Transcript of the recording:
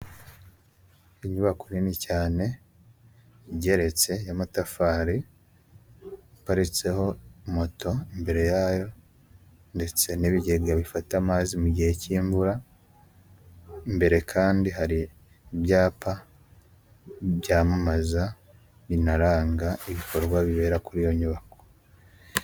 Inyubako nini cyane ingeretse y'amatafari, iparitseho moto imbere yayo ndetse n'ibigega bifata amazi mu gihe cy'imvura, imbere kandi hari ibyapa byamamaza binaranga ibikorwa bibera kuri iyo nyubako.